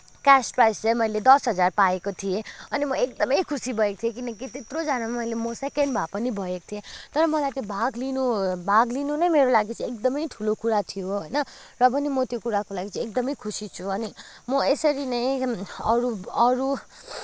cash prize चाहिँ मैले दस हजार पाएको थिएँ अनि म एकदमै खुसी भएको थिएँ किनकि त्यत्रोजनामा मैले म सेकेन्ड भए पनि भएको थिएँ तर मलाई त्यो भाग लिनु भाग लिनु नै मेरो लागि चाहिँ एकदमै ठुलो कुरा थियो होइन र पनि म त्यो कुराको लागि चाहिँ एकदमै खुसी छु अनि म यसरी नै अरू अरू